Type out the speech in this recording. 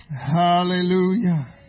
Hallelujah